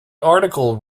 article